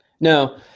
no